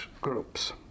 groups